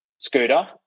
Scooter